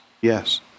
yes